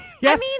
Yes